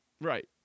Right